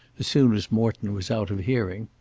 as soon as morton was out of hearing.